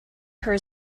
her